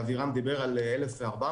ואבירם דיבר על 1,400,